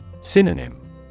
Synonym